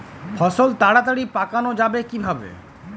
ফসল তাড়াতাড়ি পাকানো যাবে কিভাবে?